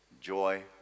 joy